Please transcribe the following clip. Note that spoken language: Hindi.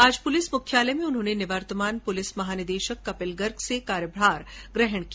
आज पुलिस मुख्यालय में उन्होंने निवर्तमान पुलिस महानिदेशक कपिल गर्ग से कार्यभार ग्रहण किया